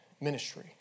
ministry